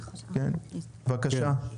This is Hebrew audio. בבקשה.